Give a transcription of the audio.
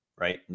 right